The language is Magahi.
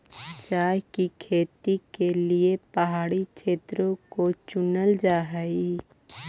चाय की खेती के लिए पहाड़ी क्षेत्रों को चुनल जा हई